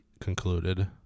concluded